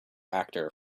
actor